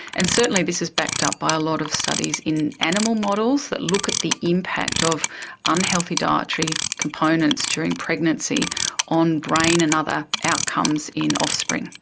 and certainly this is backed up by a lot of studies in animal models that look at the impact of unhealthy dietary components during pregnancy on brain and other outcomes in offspring.